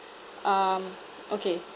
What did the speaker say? um okay